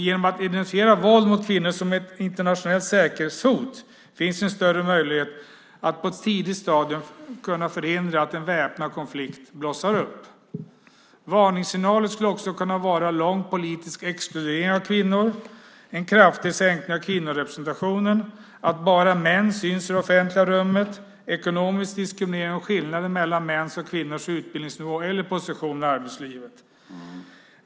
Genom att identifiera våld mot kvinnor som ett internationellt säkerhetshot finns en större möjlighet att på ett tidigt stadium förhindra att en väpnad konflikt blossar upp. Varningssignaler skulle också kunna vara lång politisk exkludering av kvinnor, en kraftig minskning av kvinnorepresentationen, att bara män syns i det offentliga rummet, ekonomisk diskriminering och skillnader mellan mäns och kvinnors utbildningsnivå eller position i arbetslivet.